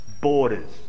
borders